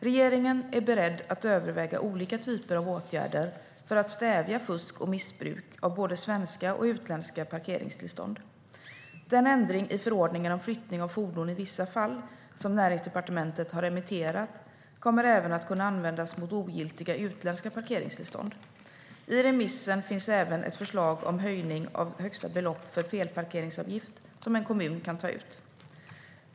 Regeringen är beredd att överväga olika typer av åtgärder för att stävja fusk och missbruk av både svenska och utländska parkeringstillstånd. Den ändring i förordningen om flyttning av fordon i vissa fall som Näringsdepartementet har remitterat kommer även att kunna användas mot ogiltiga utländska parkeringstillstånd. I remissen finns även ett förslag om en höjning av det högsta belopp för felparkeringsavgift en kommun kan ta ut.